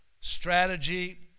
strategy